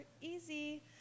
easy